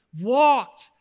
walked